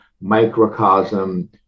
microcosm